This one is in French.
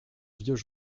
vieux